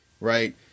right